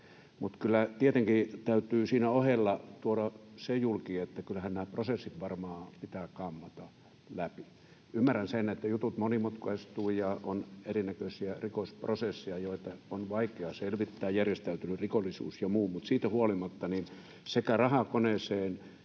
Mutta kyllä tietenkin täytyy siinä ohella tuoda se julki, että kyllähän nämä prosessit varmaan pitää kammata läpi. Ymmärrän sen, että jutut monimutkaistuvat ja on erinäköisiä rikosprosesseja, joita on vaikea selvittää, järjestäytynyt rikollisuus ja muu, mutta siitä huolimatta sekä rahaa koneeseen